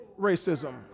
racism